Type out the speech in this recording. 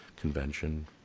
convention